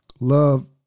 love